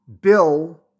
bill